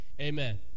Amen